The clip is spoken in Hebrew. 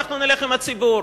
נלך עם הציבור,